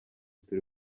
turi